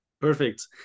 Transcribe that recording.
Perfect